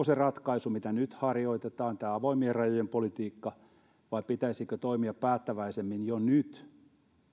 se mitä nyt harjoitetaan tämä avoimien rajojen politiikka vai pitäisikö toimia päättäväisemmin jo nyt